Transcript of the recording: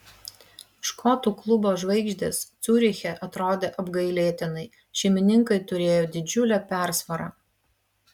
škotų klubo žvaigždės ciuriche atrodė apgailėtinai šeimininkai turėjo didžiulę persvarą